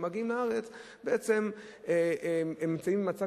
וכשמגיעים לארץ בעצם הם נמצאים במצב